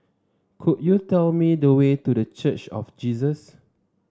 could you tell me the way to The Church of Jesus